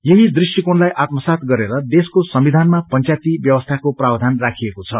यही दृष्टिकोणलाई आत्मसाति गरेर देशको संविधानमा पंचायती व्यवस्थाको प्रावधान राखिएको छ